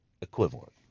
equivalent